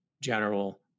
general